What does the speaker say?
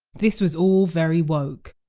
this was all very woke.